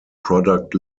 product